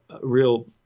real